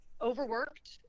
overworked